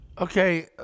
okay